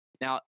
now